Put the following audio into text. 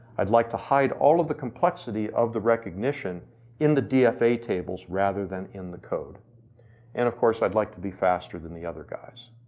i'd like to hide all of the complexity of the recognition in the dfa tables, rather than in the code and of course, i'd like to be faster than the other guys.